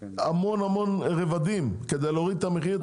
צריכים המון רבדים כדי להוריד את המחיר.